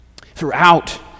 Throughout